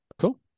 cool